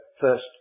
first